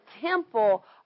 temple